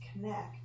connect